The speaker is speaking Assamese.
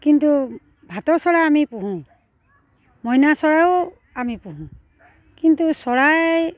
কিন্তু ভাতৌ চৰাই আমি পোহোঁ মইনা চৰায়ো আমি পোহোঁ কিন্তু চৰাই